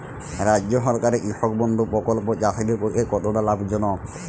রাজ্য সরকারের কৃষক বন্ধু প্রকল্প চাষীদের পক্ষে কতটা লাভজনক?